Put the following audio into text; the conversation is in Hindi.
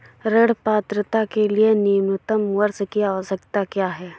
ऋण पात्रता के लिए न्यूनतम वर्ष की आवश्यकता क्या है?